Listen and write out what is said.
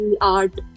art